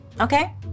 Okay